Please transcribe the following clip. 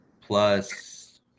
plus